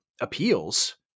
appeals